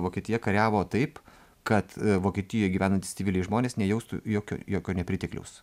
vokietija kariavo taip kad vokietijoj gyvenantys civiliai žmonės nejaustų jokio jokio nepritekliaus